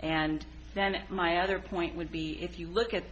and then my other point would be if you look at